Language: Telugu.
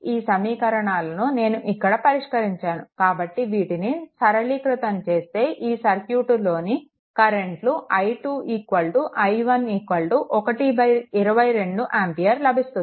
ఈ సమీకరణాలను నేను ఇక్కడ పరిష్కరించాను కాబట్టి వీటిని సరళీకృతం చేస్తే ఈ సర్క్యూట్ లోని కరెంట్లు i2 i1 122 అంపియర్ లభిస్తుంది